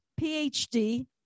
PhD